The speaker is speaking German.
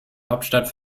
hauptstadt